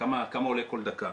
כמה עולה כל דקה.